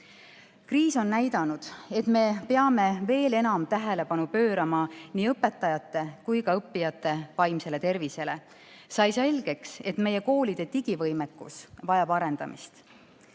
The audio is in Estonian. Kriis on näidanud, et me peame veel enam tähelepanu pöörama nii õpetajate kui ka õppijate vaimsele tervisele. Sai selgeks, et meie koolide digivõimekus vajab arendamist.